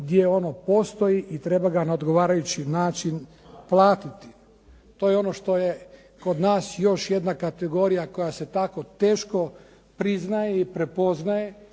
gdje ono postoji i treba ga na odgovarajući način platiti. To je ono što je kod nas još jedna kategorija koja se tako teško priznaje i prepoznaje